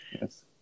Yes